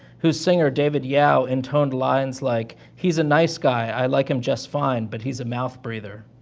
whose singer, david yow, intoned lines like he's a nice guy, i like him just fine. but he's a mouth breather.